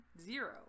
zero